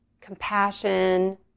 compassion